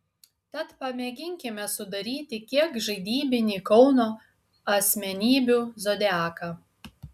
tad pamėginkime sudaryti kiek žaidybinį kauno asmenybių zodiaką